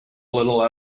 little